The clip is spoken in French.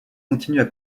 continuent